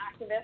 activist